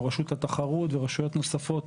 רשות התחרות ורשויות נוספות